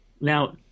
Now